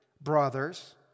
brothers